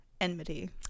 enmity